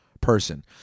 person